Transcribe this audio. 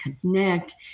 connect